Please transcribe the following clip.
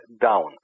down